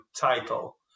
title